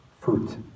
fruit